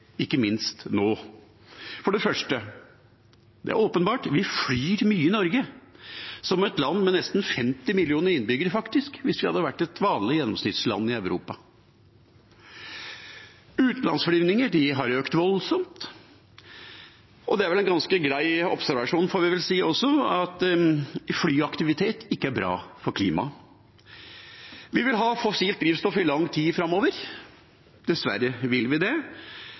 ikke minst nå. For det første: Det er åpenbart at vi flyr mye i Norge – faktisk så mye som et land med nesten 50 millioner innbyggere, hvis vi hadde vært et vanlig gjennomsnittsland i Europa. Utenlandsflyvningene har økt voldsomt. Det er vel også en ganske grei observasjon, kan man vel si, at flyaktivitet ikke er bra for klimaet. Vi vil ha fossilt drivstoff i lang tid framover, dessverre, og kanskje er det